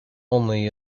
only